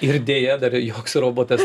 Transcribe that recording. ir deja dar joks robotas